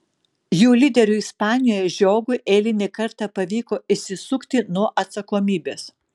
jų lyderiui ispanijoje žiogui eilinį kartą pavyko išsisukti nuo atsakomybės